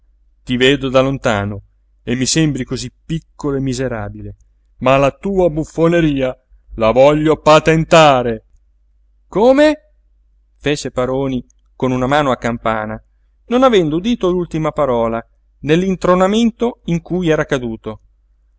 ti vedo da lontano e mi sembri cosí piccolo e miserabile ma la tua buffoneria la voglio patentare come fece paroni con una mano a campana non avendo udito l'ultima parola nell'intronamento in cui era caduto